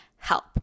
Help